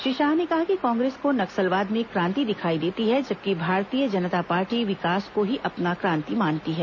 श्री शाह ने कहा कि कांग्रेस को नक्सलवाद में क्रांति दिखाई देती है जबकि भारतीय जनता पार्टी विकास को ही क्रांति मानती है